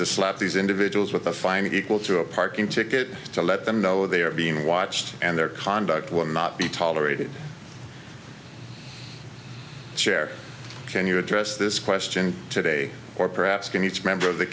to slap these individuals with a fine equal to a parking ticket to let them know they are being watched and their conduct will not be tolerated chair can you address this question today or perhaps can each member